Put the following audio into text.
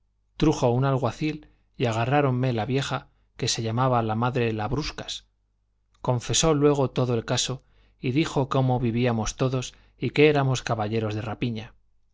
trujo un alguacil y agarráronme la vieja que se llamaba la madre labruscas confesó luego todo el caso y dijo cómo vivíamos todos y que éramos caballeros de rapiña